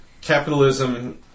capitalism